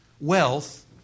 wealth